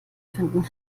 finden